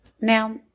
Now